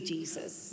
Jesus